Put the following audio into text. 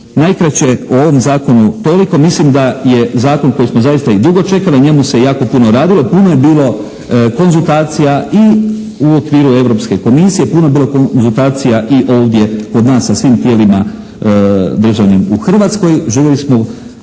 najkraće o ovom zakonu toliko. Mislim da je zakon koji smo zaista i dugo čekali. Na njemu se jako puno radilo, puno je bilo konzultacija i u okviru Europske komisije. Puno je bilo konzultacija i ovdje kod nas sa svim tijelima državnim u Hrvatskoj. Željeli smo,